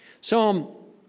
Psalm